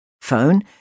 Phone